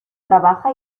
trabaja